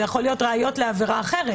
זה יכול להיות ראיות לעבירה אחרת.